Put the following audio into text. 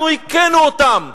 אנחנו הכינו אותם.